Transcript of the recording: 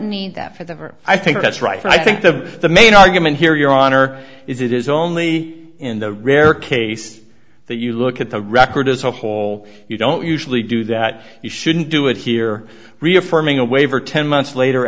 need that for the verb i think that's right and i think the the main argument here your honor is it is only in the rare case that you look at the record as a whole you don't usually do that you shouldn't do it here reaffirming a waiver ten months later